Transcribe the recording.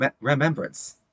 remembrance